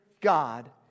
God